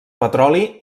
petroli